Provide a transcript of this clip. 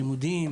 לימודים,